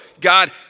God